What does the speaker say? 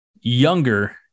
younger